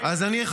לא אמרו את זה.